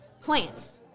plants